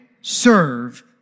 serve